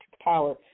power